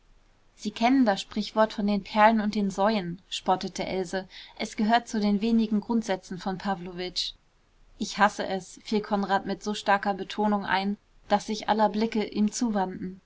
sie kennen das sprichwort von den perlen und den säuen spottete else es gehört zu den wenigen grundsätzen von pawlowitsch ich hasse es fiel konrad mit so starker betonung ein daß sich aller blicke ihm zuwandten